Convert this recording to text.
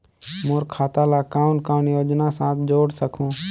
मोर खाता ला कौन कौन योजना साथ जोड़ सकहुं?